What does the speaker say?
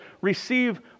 receive